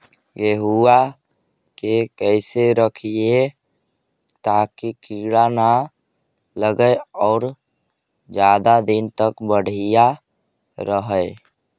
गेहुआ के कैसे रखिये ताकी कीड़ा न लगै और ज्यादा दिन तक बढ़िया रहै?